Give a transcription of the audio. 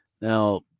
Now